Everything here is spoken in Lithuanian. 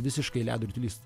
visiškai ledo ritulys